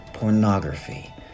Pornography